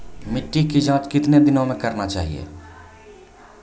मिट्टी की जाँच कितने दिनों मे करना चाहिए?